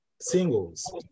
singles